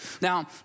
Now